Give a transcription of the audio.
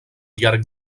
llarg